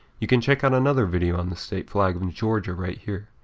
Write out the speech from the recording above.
you can check out another video on the state flag of and georgia right here.